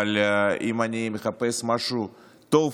אבל אם אני מחפש משהו טוב